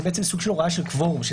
זה סוג של הוראה של קוורום.